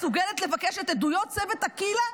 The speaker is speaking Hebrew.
מסוגלת לבקש את עדויות צוות טקילה?